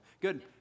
good